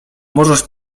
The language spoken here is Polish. możesz